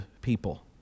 people